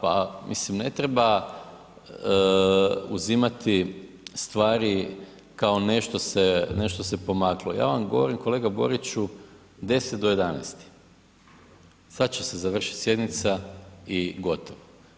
Pa mislim ne treba uzimati stvari kao nešto se pomaklo, ja vam govorim kolega Boriću, 10 do 11 je, sad će se završiti sjednica i gotovo.